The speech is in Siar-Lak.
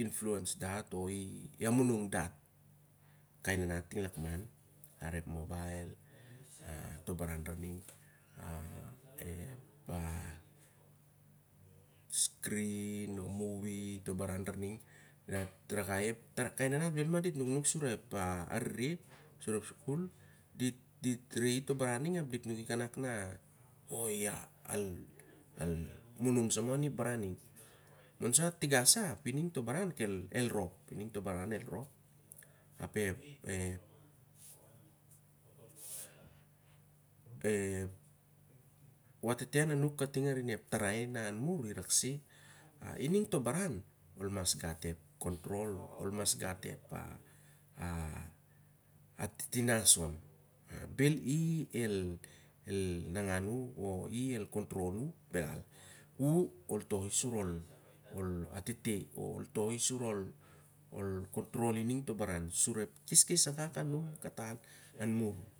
influens dat o i amunung dat kai nanat ting lakman. Larep mobile, tok baran lar ning, scrin o muvi, to barah lar ning. Dat rangai i ao kai nanat bel ma dit rarakai on ep sukul o lon ep arere. Dit re ito baran ning ap dit nuki kanak na, o iau munung sama on i ep baran ne. Monsa tinga sa ap ining to baran ning el rop. El rop ap ep wateten anuk karin ep tarai, na an mur i rak se, ining to baran ol mas gat ep kontol o ol mas gat ep atitinas on. Bel i el nangan u o i el control u, belal u ol toh i sur ol atete o control i ning to baran sur ep keskes akak kan mur.